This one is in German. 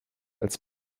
als